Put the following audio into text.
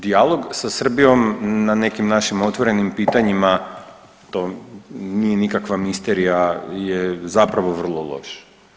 Dijalog sa Srbijom na nekim našim otvorenim pitanjima to nije nikakva misterija je zapravo vrlo loš.